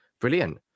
brilliant